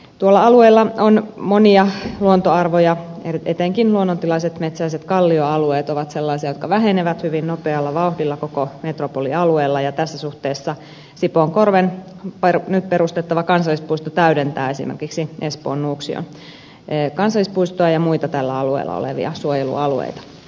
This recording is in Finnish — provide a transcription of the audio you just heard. tuolla alueella on monia luontoarvoja etenkin luonnontilaiset metsäiset kallioalueet ovat sellaisia jotka vähenevät hyvin nopealla vauhdilla koko metropolialueella ja tässä suhteessa sipoonkorven nyt perustettava kansallispuisto täydentää esimerkiksi espoon nuuksion kansallispuistoa ja muita tällä alueella olevia suojelualueita